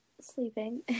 sleeping